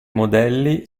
modelli